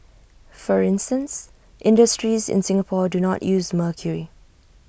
for instance industries in Singapore do not use mercury